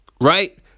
Right